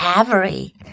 Avery